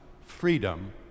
freedom